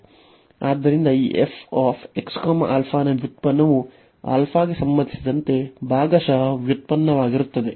ಆದ್ದರಿಂದ ಈ f x α ನ ವ್ಯುತ್ಪನ್ನವು ಗೆ ಸಂಬಂಧಿಸಿದಂತೆ ಭಾಗಶಃ ವ್ಯುತ್ಪನ್ನವಾಗಿರುತ್ತದೆ